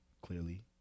clearly